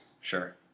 Sure